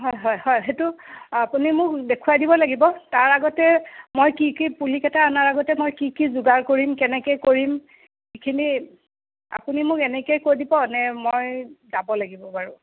হয় হয় হয় সেইটো আপুনি মোক দেখুৱাই দিব লাগিব তাৰ আগতে মই কি কি পুলিকেইটা অনাৰ আগতে মই কি কি যোগাৰ কৰিম কেনেকৈ কৰিম সেইখিনি আপুনি মোক এনেকৈয়ে কৈ দিব নে মই যাব লাগিব বাৰু